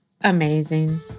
amazing